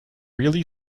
really